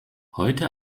heute